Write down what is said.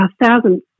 Thousands